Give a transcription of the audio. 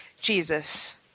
Jesus